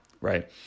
right